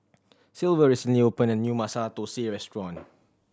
Silver recently opened a new Masala Thosai restaurant